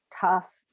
tough